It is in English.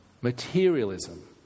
materialism